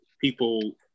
people